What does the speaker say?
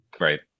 Right